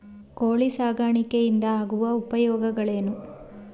ಕೋಳಿ ಸಾಕಾಣಿಕೆಯಿಂದ ಆಗುವ ಉಪಯೋಗಗಳೇನು?